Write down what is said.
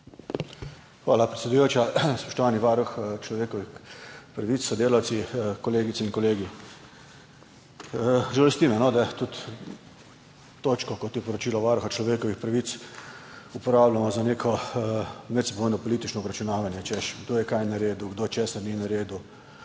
Hvala, predsedujoča. Spoštovani Varuh človekovih pravic s sodelavci, kolegice in kolegi! Žalosti me, da tudi točko, kot je poročilo Varuha človekovih pravic, uporabljamo za neko medsebojno politično obračunavanje, češ kdo je kaj naredil, kdo česa ni naredil